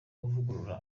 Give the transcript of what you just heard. kuvugurura